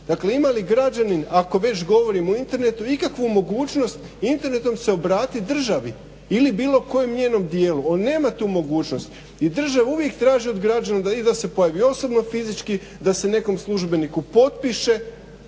Dakle ima li građanin ako već govorimo o internetu ikakvu mogućnost internetom se obratiti državi ili bilo kojem njenom dijelu? On nema tu mogućnost i država u vijek traži od građana da se pojavi osobno fizički da s nekom službeniku potpiše